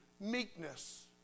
meekness